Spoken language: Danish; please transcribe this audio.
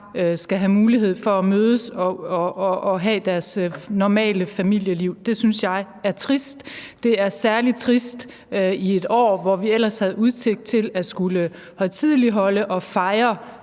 skal have mulighed for at mødes og have deres normale familieliv. Det synes jeg er trist. Det er særlig trist i et år, hvor vi ellers havde udsigt til at skulle højtideligholde og fejre